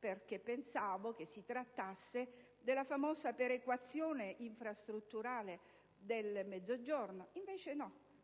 perché pensavo si trattasse della famosa perequazione infrastrutturale del Mezzogiorno. Invece no,